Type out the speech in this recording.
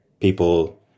people